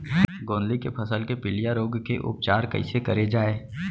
गोंदली के फसल के पिलिया रोग के उपचार कइसे करे जाये?